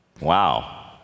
Wow